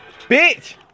Bitch